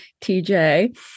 TJ